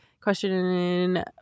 Question